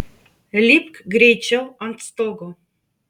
lipk greičiau ant stogo